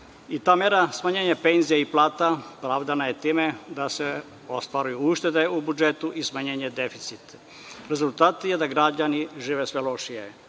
i ta mera smanjenja penzija i plata pravdana je time da se ostvaruju uštede u budžetu i smanjenje deficita. Rezultati je da građani žive sve lošije. Ono